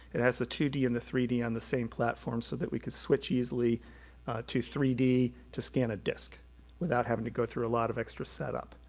it has the two d and the three d on the same platform so that we could switch easily to three d to scan a disc without having to go through a lot of extra setup.